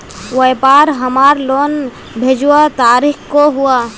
व्यापार हमार लोन भेजुआ तारीख को हुआ?